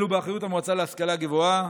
אלו באחריות המועצה להשכלה גבוהה